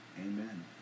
amen